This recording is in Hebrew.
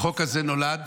שהחוק הזה נולד